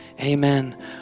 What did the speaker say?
amen